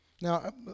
Now